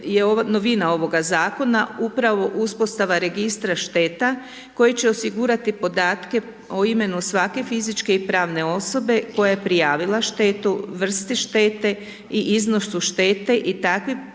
novina ovoga Zakona upravo uspostava Registra šteta koji će osigurati podatke o imenu svake fizičke i pravne osobe koja je prijavila štetu, vrsti štete i iznosu štete i takvi podaci